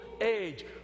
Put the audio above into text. age